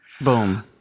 Boom